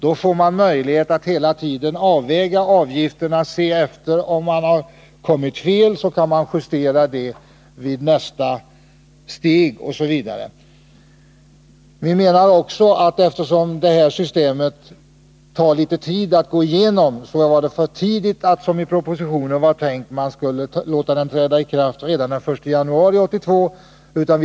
Då får man möjlighet att hela tiden avväga avgifterna och att om man kommit fel justera detta vid nästa steg, osv. Eftersom ett genomförande av det här systemet tar tid, menar vi att det är för tidigt att som föreslås i propositionen låta avgiftssystemet träda i kraft redan den 1 januari 1982.